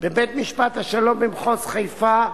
בבית-משפט השלום במחוז חיפה,